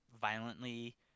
violently